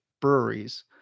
breweries